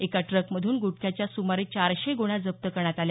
एका ट्रकमधून गुटख्याच्या सुमारे चारशे गोण्या जप्त करण्यात आल्या